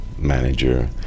Manager